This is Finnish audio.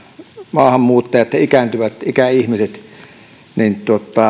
maahanmuuttajat ja ikäihmiset